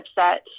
upset